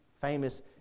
famous